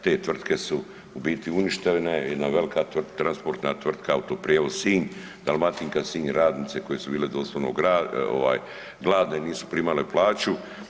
Te tvrtke su u biti uništene, jedna velika transportna tvrtka Autoprijevoz Sinj, Dalmatinka Sinj radnice koje su bile doslovno ovaj gladne, nisu primale plaću.